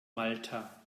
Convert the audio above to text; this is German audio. malta